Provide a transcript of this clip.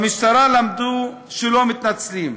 במשטרה למדו שלא מתנצלים.